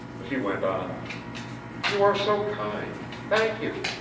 she went on you are so kind. thank you.